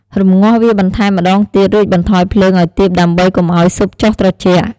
រំងាស់វាបន្ថែមម្តងទៀត រួចបន្ថយភ្លើងឱ្យទាបដើម្បីកុំឱ្យស៊ុបចុះត្រជាក់។